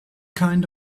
kind